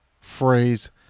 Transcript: phrase